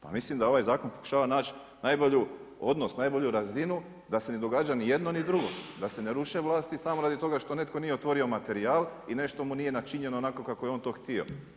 Pa mislim da ovaj zakon pokušava naći najbolji odnos, najbolju razinu da se ne događa ni jedno ni drugo, da se ne ruše vlasti smo radi toga što netko nije otvorio materijal i nešto mu nije načinjeno onako kako je on to htio.